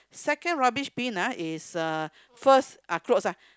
second rubbish bin ah is uh first ah clothes ah